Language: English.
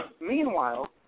Meanwhile